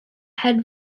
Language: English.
head